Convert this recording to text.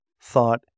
thought